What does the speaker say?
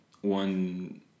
one